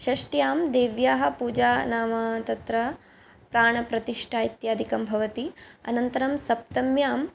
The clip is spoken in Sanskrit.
षष्ट्यां देव्याः पूजा नाम तत्र प्राणप्रतिष्ठा इत्यादिकं भवति अनन्तरं सप्तम्यां